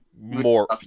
more